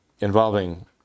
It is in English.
involving